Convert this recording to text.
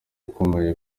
ukomeye